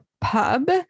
pub